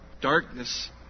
Darkness